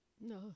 no